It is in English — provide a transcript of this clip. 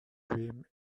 dream